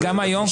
גם היום,